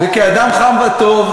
וכאדם חם וטוב,